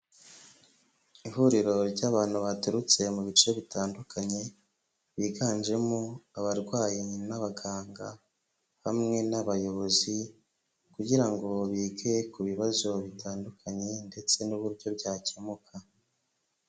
Ihuriro ry'abantu baturutse mu bice bitandukanye biganjemo abarwayi n'abaganga, hamwe n'abayobozi kugira ngo bige ku bibazo bitandukanye ndetse n'uburyo byakemuka.